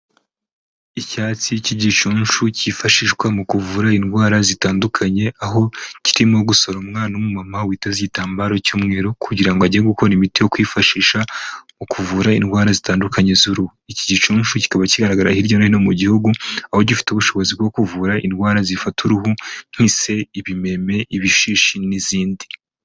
Icyatsi cy'igicunshu cyifashishwa mu kuvura indwara zitandukanye aho kirimo gusoromwa n'umu mama witeze igitambaro cy'umweru kugira ngo ajye gukora imiti yo kwifashisha mu kuvura indwara zitandukanye z'uruhu, iki gicushu kikaba kigaragara hirya no hino mu gihugu aho gifite ubushobozi bwo kuvura indwara zifata uruhu nk'ise, ibimeme, ibishishi n'izindi.